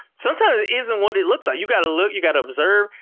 sometimes it isn't what it looks like. you got to look, you got to observe,